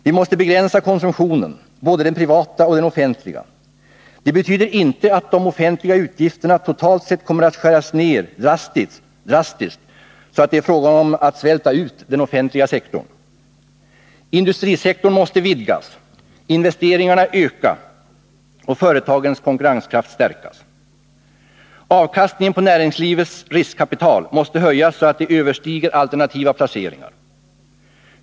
Vi måste begränsa konsumtionen, både den privata och den offentliga. Det betyder inte att de offentliga utgifterna totalt sett kommer att skäras ner drastiskt, så att det blir fråga om att ”svälta ut” den offentliga sektorn. Industrisektorn måste vidgas, investeringarna öka och företagens konkurrenskraft stärkas. Avkastningen på näringslivets riskkapital måste höjas så att den överstiger alternativa placeringar.